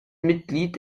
mitglied